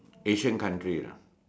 Asian country lah